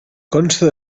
consta